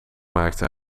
maakte